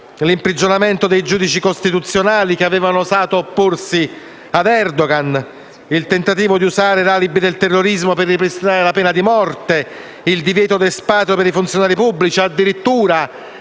l'imprigionamento dei giudici costituzionali che avevano osato opporsi a Erdogan, il tentativo di usare l'alibi del terrorismo per ripristinare la pena di morte, il divieto di espatrio per i funzionari pubblici e addirittura